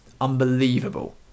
unbelievable